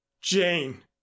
jane